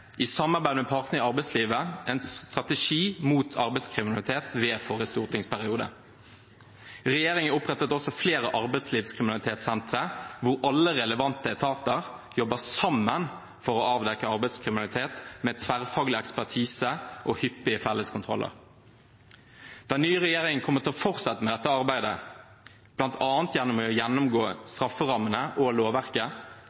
i samarbeid med partene i arbeidslivet, en strategi mot arbeidslivskriminalitet i forrige stortingsperiode. Regjeringen opprettet også flere arbeidslivskriminalitetssentre, hvor alle relevante etater jobber sammen for å avdekke arbeidslivskriminalitet med tverrfaglig ekspertise og hyppige felles kontroller. Den nye regjeringen kommer til å fortsette dette arbeidet, bl.a. ved å gjennomgå